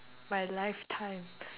my lifetime